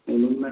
ఏ ఊరు మేడం